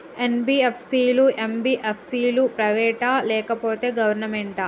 NBFC లు, MBFC లు private ఆ లేకపోతే గవర్నమెంటా?